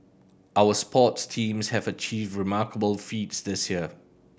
our sports teams have achieved remarkable feats this year